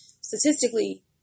statistically